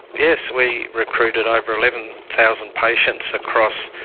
yes, we recruited over eleven thousand patients across